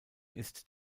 ist